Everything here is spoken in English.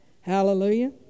Hallelujah